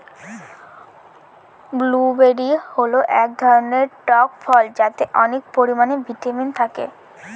blueberry হল এক ধরনের টক ফল যাতে অনেক পরিমানে ভিটামিন থাকে